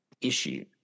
issue